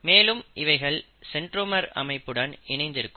மேலும் இவைகள் சென்றோமர் அமைப்புடன் இணைந்து இருக்கும்